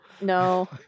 No